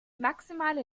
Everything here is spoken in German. maximale